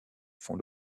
font